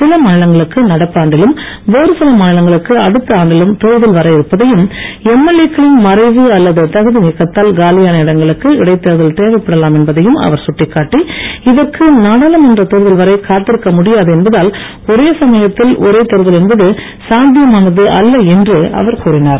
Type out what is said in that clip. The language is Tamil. சில மாநிலங்களுக்கு நடப்பு ஆண்டிலும் வேறு சில மாநிலங்களுக்கு அடுத்த ஆண்டிலும் தேர்தல் வர இருப்பதையும் எம்எல்ஏ க்களின் மறைவு அல்லது தகுதிநீக்கத்தால் காலியான இடங்களுக்கு இடைத் தேர்தல் தேவைப்படலாம் என்பதையும் அவர் சுட்டிக்காட்டி இதற்கு நாடாளுமன்ற தேர்தல் வரை காக்திருக்க முடியாது என்பதால் ஒரே சமயத்தில் ஒரே தேர்தல் என்பது சாத்தியமானது அல்ல என்று அவர் கூறினார்